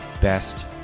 best